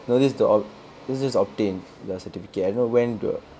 no this is to ob this is to obtain the certificate I don't know when to